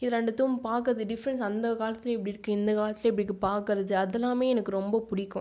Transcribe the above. இது இரண்டுக்கும் பார்க்கிறது டிஃப்ரென்ஸ் அந்த காலத்தில் எப்படி இருக்கிறது இந்த காலத்தில் எப்படி இருக்கிறது பார்க்கிறது அது எல்லாமே எனக்கு ரொம்ப பிடிக்கும்